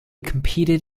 competed